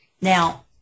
Now